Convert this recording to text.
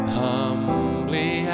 humbly